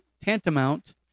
tantamount